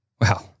Wow